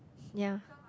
ya